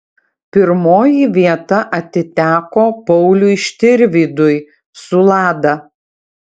pirmoji vieta atiteko pauliui štirvydui su lada